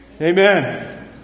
Amen